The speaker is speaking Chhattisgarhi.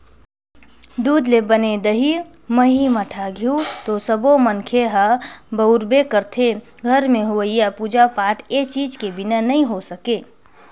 दूद ले बने दही, मही, मठा, घींव तो सब्बो मनखे ह बउरबे करथे, घर में होवईया पूजा पाठ ए चीज के बिना नइ हो सके